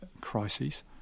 crises